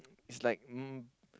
is like um